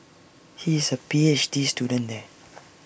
he is A P H D student there